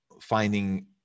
finding